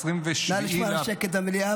נא לשמור על שקט במליאה,